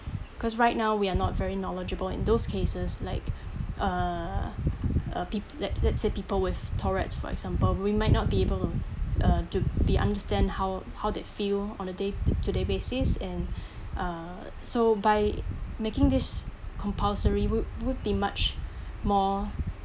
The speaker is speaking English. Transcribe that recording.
because right now we are not very knowledgeable in those cases like uh uh peop~ let let's say people with tourette for example we might not be able uh to be understand how how they feel on a day to day basis and uh so by making this compulsory would would be much more